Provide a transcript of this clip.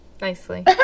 Nicely